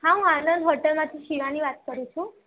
હા હું આનંદ હોટલમાંથી શિવાની વાત કરું છું